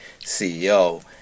CEO